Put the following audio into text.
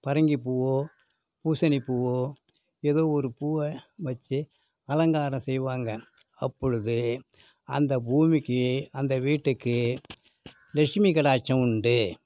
பரங்கி பூவோ பூசணி பூவோ எதோ ஒரு பூவ வச்சி அலங்காரம் செய்வாங்க அப்பொழுது அந்த பூமிக்கு அந்த வீட்டுக்கு லெட்சுமி கடாக்ச்சம் உண்டு